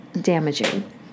damaging